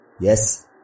Yes